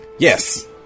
Yes